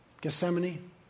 Gethsemane